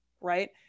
right